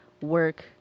work